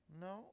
no